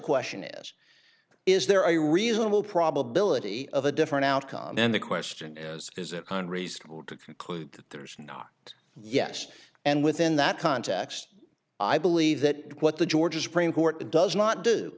question is is there a reasonable probability of a different outcome and the question is is it cond reasonable to conclude that there's not yes and within that context i believe that what the georgia supreme court does not do